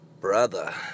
brother